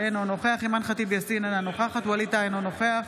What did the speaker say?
אינו נוכח